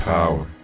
power